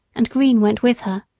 and green went with her.